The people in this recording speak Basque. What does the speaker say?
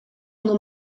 ondo